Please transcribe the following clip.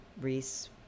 Reese